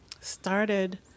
started